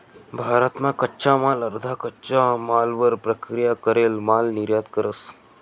भारत मा कच्चा माल अर्धा कच्चा मालवर प्रक्रिया करेल माल निर्यात करस